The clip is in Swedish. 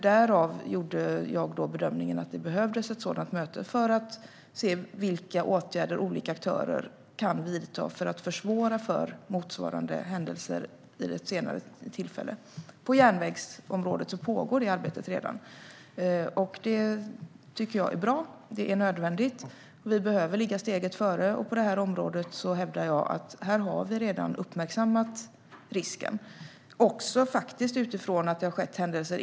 Därför gjorde jag bedömningen att det behövdes ett sådant möte för att man skulle se på vilka åtgärder som olika aktörer kan vidta för att försvåra för motsvarande händelser vid ett senare tillfälle. På järnvägsområdet pågår redan detta arbete. Det tycker jag är bra. Det är nödvändigt. Vi behöver ligga steget före. Jag hävdar att vi på detta område redan har uppmärksammat risken, faktiskt också utifrån att det har skett händelser.